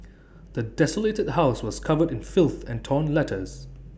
the desolated house was covered in filth and torn letters